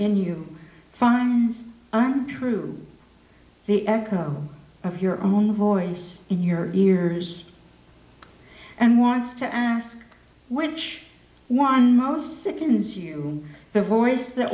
in you find on through the echo of your own voice in your ears and wants to ask which one most sickens you the voice that